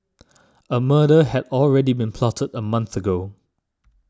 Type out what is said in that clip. a murder had already been plotted a month ago